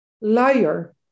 Liar